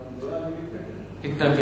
במליאה, אני מתנגד.